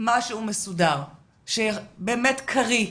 משהו מסודר שבאמת קריא,